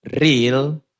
real